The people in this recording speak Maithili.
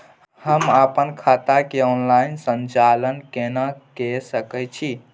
हम अपन खाता के ऑनलाइन संचालन केना के सकै छी?